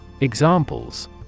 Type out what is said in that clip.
Examples